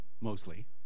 mostly